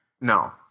No